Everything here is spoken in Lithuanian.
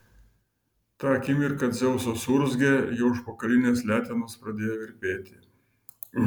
tą akimirką dzeusas suurzgė jo užpakalinės letenos pradėjo virpėti